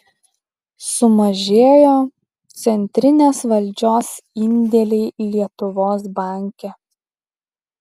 sumažėjo centrinės valdžios indėliai lietuvos banke